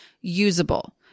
usable